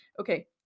Okay